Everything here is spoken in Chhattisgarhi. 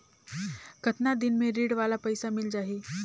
कतना दिन मे ऋण वाला पइसा मिल जाहि?